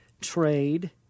trade